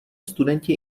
studenti